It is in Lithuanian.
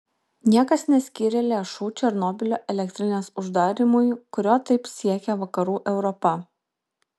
niekas neskyrė lėšų černobylio elektrinės uždarymui kurio taip siekia vakarų europa